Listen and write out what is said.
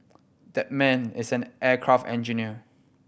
that man is an aircraft engineer